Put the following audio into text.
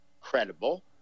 credible